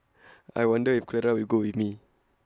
I wonder if Clara will go with me